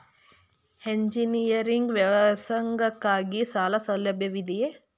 Engineering ವ್ಯಾಸಂಗಕ್ಕಾಗಿ ಸಾಲ ಸೌಲಭ್ಯವಿದೆಯೇ?